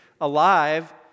alive